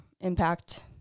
Impact